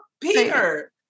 Peter